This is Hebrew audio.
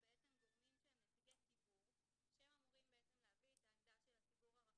גורמים שהם נציגי ציבור שהם אמורים להביא את העמדה של הציבור הרחב.